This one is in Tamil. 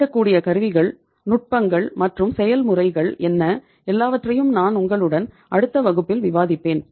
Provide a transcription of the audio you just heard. கிடைக்கக்கூடிய கருவிகள் நுட்பங்கள் மற்றும் செயல்முறைகள் என்ன எல்லாவற்றையும் நான் உங்களுடன் அடுத்த வகுப்பில் விவாதிப்பேன்